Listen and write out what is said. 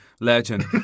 Legend